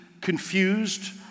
confused